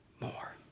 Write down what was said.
more